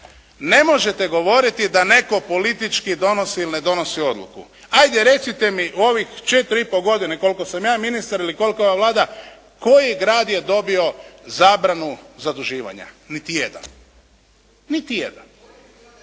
ne možete govoriti da netko politički donosi ili ne donosi odluku. Ajde recite mi ovih četiri i pol godine koliko sam ja ministar ili koliko je ova Vlada koji grad je dobio zabranu zaduživanja. Niti jedan. …/Upadica